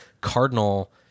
Cardinal